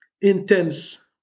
intense